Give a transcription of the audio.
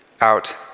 out